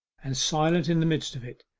and silent in the midst of it.